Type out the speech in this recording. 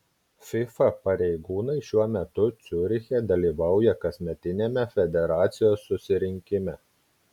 fifa pareigūnai šiuo metu ciuriche dalyvauja kasmetiniame federacijos susirinkime